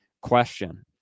question